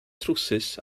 trowsus